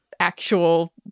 actual